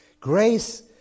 Grace